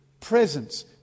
presence